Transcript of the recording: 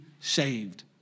saved